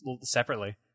separately